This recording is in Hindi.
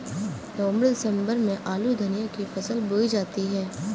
नवम्बर दिसम्बर में आलू धनिया की फसल बोई जाती है?